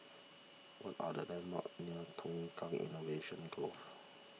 what are the landmarks near Tukang Innovation Grove